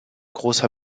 großer